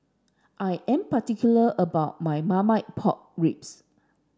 I am particular about my Marmite Pork Ribs